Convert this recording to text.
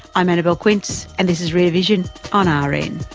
i'm annabelle quince, and this rear vision on ah rn